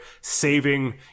saving